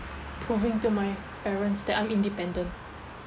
proving to my parents that I'm independent